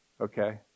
okay